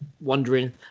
wondering